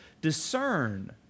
discern